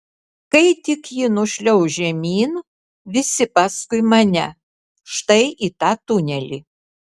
kai tik ji nušliauš žemyn visi paskui mane štai į tą tunelį